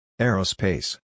Aerospace